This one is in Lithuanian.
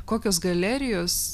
kokios galerijos